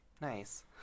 Nice